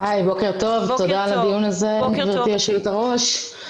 בוקר טוב, תודה על הדיון הזה, גברתי היושבת ראש.